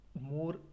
more